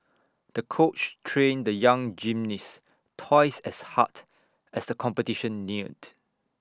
the coach trained the young gymnast twice as hard as the competition neared